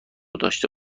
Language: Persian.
داشته